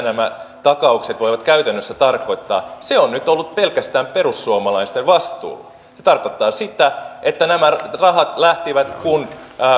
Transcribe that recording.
nämä takaukset voivat käytännössä tarkoittaa on nyt ollut pelkästään perussuomalaisten vastuulla se tarkoittaa sitä että nämä rahat lähtivät kun